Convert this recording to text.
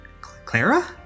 Clara